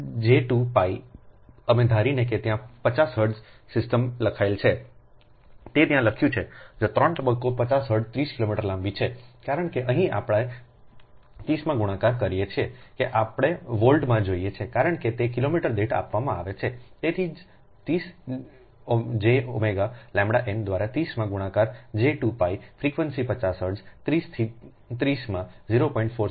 તો તે j 2 pi એમ ધારીને કે તે ત્યાં 50 હર્ટ્ઝ સિસ્ટમ લખાયેલ છે તે ત્યાં લખ્યું છે જો 3 તબક્કો 50 હર્ટ્ઝ 30 કિલોમીટર લાંબી છે કારણ કે અહીં આપણે 30 માં ગુણાકાર કરીએ છીએ કે આપણે વોલ્ટમાં જોઈએ છે કારણ કે તે કિલોમીટર દીઠ આપવામાં આવે છે તેથી જ 30jΩ ʎnદ્વારા 30માંગુણાકારj 2 pi ફ્રીક્વન્સી 50Hz 30 થી 30 માં 0